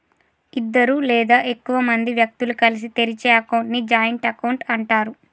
ఇద్దరు లేదా ఎక్కువ మంది వ్యక్తులు కలిసి తెరిచే అకౌంట్ ని జాయింట్ అకౌంట్ అంటరు